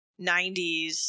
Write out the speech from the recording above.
90s